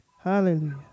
Hallelujah